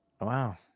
Wow